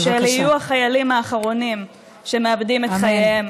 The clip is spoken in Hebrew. ושאלה יהיו החיילים האחרונים שמאבדים את חייהם.